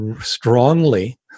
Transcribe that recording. strongly